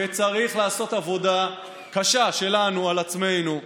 וצריך לעשות עבודה קשה שלנו על עצמנו,